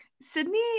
Sydney